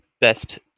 best